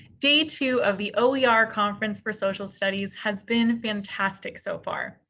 day two of the oer ah oer conference for social studies has been fantastic so far,